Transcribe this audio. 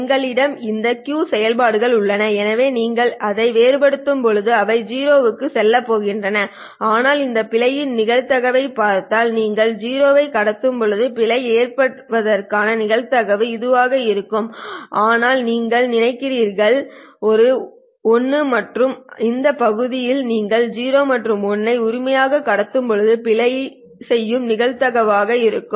எங்களிடம் இந்த Q செயல்பாடுகள் உள்ளன எனவே நீங்கள் இதை வேறுபடுத்தும்போது அவை 0 க்கு செல்லப் போகின்றன ஆனால் இந்த பிழையின் நிகழ்தகவைப் பார்த்தால் நீங்கள் 0 ஐ கடத்தும்போது பிழை ஏற்படுவதற்கான நிகழ்தகவு இதுவாகும் ஆனால் நீங்கள் நினைக்கிறீர்கள் ஒரு 1 மற்றும் இந்த பகுதி நீங்கள் 0 மற்றும் 1 உரிமையை கடத்தும் போது பிழை செய்யும் நிகழ்தகவாக இருக்கும்